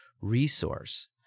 resource